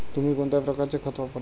तुम्ही कोणत्या प्रकारचे खत वापरता?